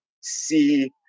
see